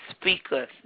speakers